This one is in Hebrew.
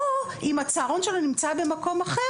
או אם הצהרון שלו נמצא במקום אחר,